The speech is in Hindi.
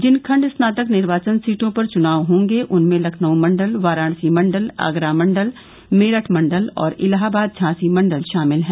जिन खण्ड स्नातक निर्वाचन सीटों पर चुनाव होंगे उनमें लखनऊ मण्डल वाराणसी मण्डल आगरा मण्डल मेरठ मण्डल और इलाहाबाद झांसी मण्डल शामिल हैं